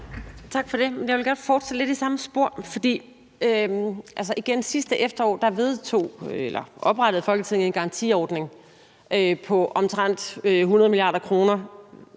Tak for det. Jeg vil godt fortsætte lidt i samme spor, for sidste efterår oprettede Folketinget en garantiordning på omtrent 100 mia. kr.,